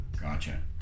gotcha